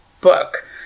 book